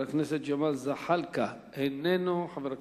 חבר הכנסת ג'מאל זחאלקה, איננו,